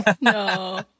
No